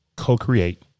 co-create